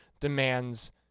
demands